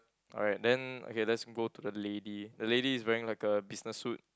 alright then okay let's go to the lady the lady is wearing like a business suit